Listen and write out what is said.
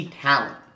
talent